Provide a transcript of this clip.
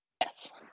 Yes